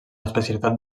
especialitat